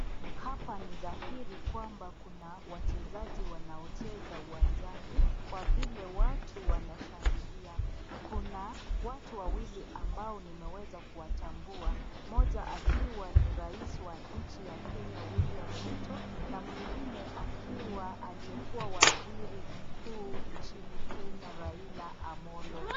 Hapa ni dhahiri kwamba kuna wacheza wanao cheza wanjani, kwa vile watu wanshangilia, kuna watu wawili ambao nimeweza kuwa tambua, moja akiwa ni rais wa nchi ya Kenya William Ruto na mwinginge akiwa aliyekuwa waziri mkuu nchini Kenya Raila Amollo.